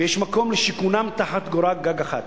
ויש מקום לשיכונם תחת קורת גג אחת".